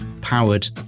powered